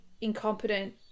incompetent